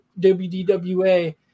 WDWA